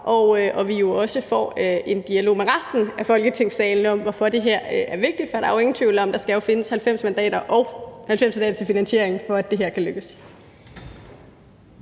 at vi jo også får en dialog med resten af Folketingssalen om, hvorfor det her er vigtigt. For der er jo ingen tvivl om, at der skal findes 90 mandater, også til finansieringen, for at det her kan lykkes.